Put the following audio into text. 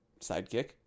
sidekick